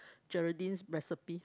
Geraldine's recipe